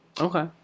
Okay